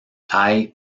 hay